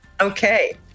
Okay